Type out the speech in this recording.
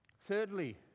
Thirdly